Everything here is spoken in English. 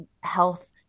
health